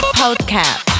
podcast